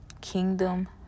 kingdom